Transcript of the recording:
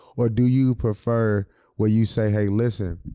or do you prefer where you say, hey, listen,